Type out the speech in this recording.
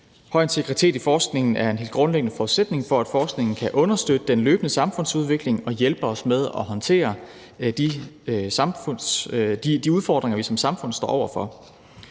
Høj integritet i forskningen er en grundlæggende forudsætning for, at forskningen kan understøtte den løbende samfundsudvikling og hjælpe os med at håndtere de udfordringer, vi som samfund står over for.